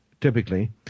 typically